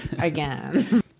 again